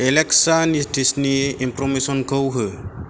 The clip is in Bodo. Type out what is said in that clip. एलेक्सा नितिसनि इनफरमेसनखौ हो